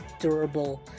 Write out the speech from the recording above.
durable